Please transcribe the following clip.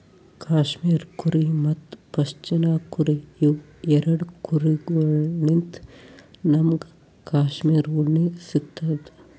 cashmere ಕುರಿ ಮತ್ತ್ ಪಶ್ಮಿನಾ ಕುರಿ ಇವ್ ಎರಡ ಕುರಿಗೊಳ್ಳಿನ್ತ್ ನಮ್ಗ್ ಕ್ಯಾಶ್ಮೀರ್ ಉಣ್ಣಿ ಸಿಗ್ತದ್